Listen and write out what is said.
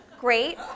great